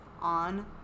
on